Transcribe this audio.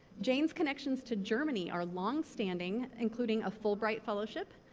jane's connections to germany are longstanding, including a fulbright fellowship,